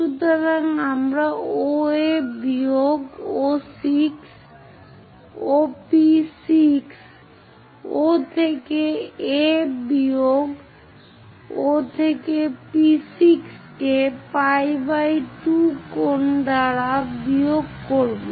সুতরাং আমরা OA বিয়োগ OP 6 O থেকে A বিয়োগ O থেকে P6 কে pi 2 কোণ দ্বারা বিয়োগ করব